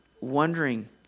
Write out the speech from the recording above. wondering